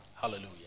Hallelujah